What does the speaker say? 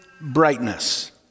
brightness